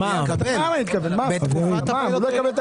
אם הוא לא מקבל את